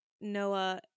Noah